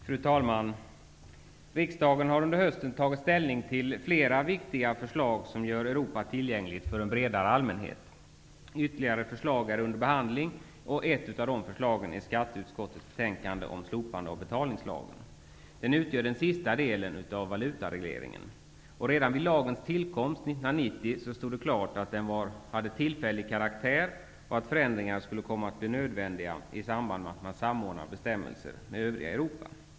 Fru talman! Riksdagen har under hösten tagit ställning till flera viktiga förslag som gör Europa tillgängligt för en bredare allmänhet. Ytterligare förslag är under behandling. Ett av förslagen finns i skatteutskottets betänkande om slopande av betalningslagen. Det utgör den sista delen av valutaregleringen. Redan vid lagens tillkomst 1990 stod det klart att lagen var av tillfällig karaktär och att förändringar skulle komma att bli nödvändiga i samband med att våra bestämmelser samordnas bestämmelserna med övriga Europa.